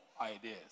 ideas